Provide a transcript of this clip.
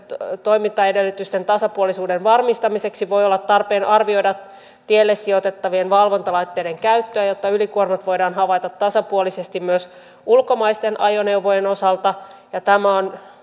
toimintaedellytysten tasapuolisuuden varmistamiseksi voi olla tarpeen arvioida tielle sijoitettavien valvontalaitteiden käyttöä jotta ylikuormat voidaan havaita tasapuolisesti myös ulkomaisten ajoneuvojen osalta tämä on